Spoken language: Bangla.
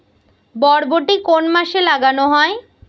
বরবটি কোন মাসে লাগানো হয়?